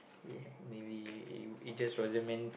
ya maybe it it just wasn't meant